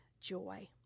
joy